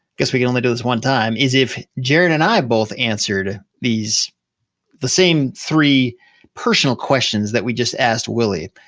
guess we can only do this one time, is if jaren and i both answered the same three personal questions that we just asked willie.